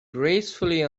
gracefully